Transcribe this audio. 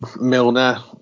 Milner